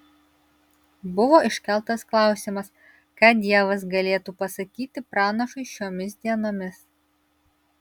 buvo iškeltas klausimas ką dievas galėtų pasakyti pranašui šiomis dienomis